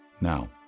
Now